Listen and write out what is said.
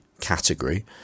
category